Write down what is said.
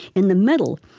in the middle,